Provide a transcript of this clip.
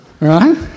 right